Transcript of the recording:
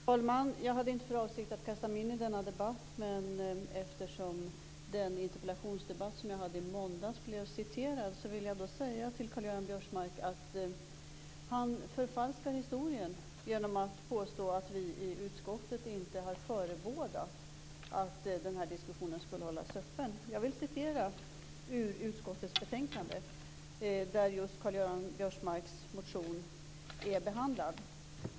Fru talman! Jag hade inte för avsikt att kasta mig in i denna debatt, men eftersom den interpellationsdebatt som jag hade i måndags blev citerad vill jag säga till Karl-Göran Biörsmark att han förfalskar historien genom att påstå att vi i utskottet inte har förebådat att den här diskussionen skulle hållas öppen. Jag vill citera ur utskottets betänkande, där just Karl-Göran Biörsmarks motion är behandlad.